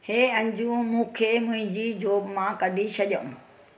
हे अंजू मूंखे मुंहिंजी जॉब मां कढी छॾियो